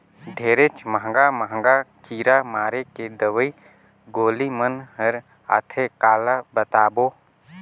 ढेरेच महंगा महंगा कीरा मारे के दवई गोली मन हर आथे काला बतावों